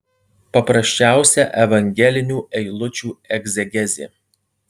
paprasčiausia evangelinių eilučių egzegezė